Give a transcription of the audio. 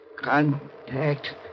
contact